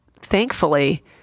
thankfully